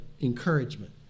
encouragement